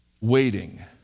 waiting